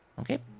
Okay